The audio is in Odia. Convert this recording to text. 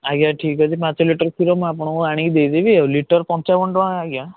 ଆଜ୍ଞା ଠିକ୍ ଅଛି ପାଞ୍ଚ ଲିଟର କ୍ଷୀର ମୁଁ ଆପଣଙ୍କୁ ଆଣିକି ଦେଇଦେବି ଆଉ ଲିଟର ପଞ୍ଚାବନ ଟଙ୍କା ଆଜ୍ଞା